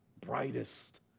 brightest